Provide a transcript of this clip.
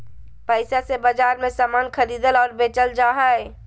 पैसा से बाजार मे समान खरीदल और बेचल जा हय